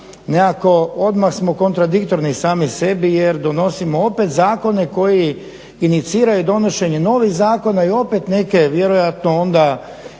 nekako odmah smo kontradiktorni sami sebi jer donosimo opet zakone koji iniciraju donošenje novih zakona i opet neke vjerojatno onda